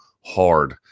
hard